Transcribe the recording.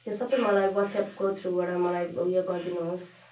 त्यो सबै मलाई वाट्सएपको थ्रुबाट मलाई उयो गरिदिनु होस्